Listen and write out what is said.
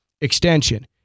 extension